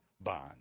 Bond